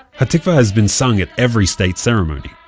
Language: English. ha'tikvah has been sung at every state ceremony.